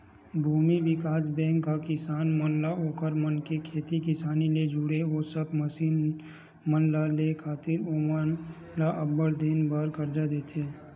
भूमि बिकास बेंक किसान मन ला ओखर मन के खेती किसानी ले जुड़े ओ सब मसीन मन ल लेय खातिर ओमन ल अब्बड़ दिन बर करजा देथे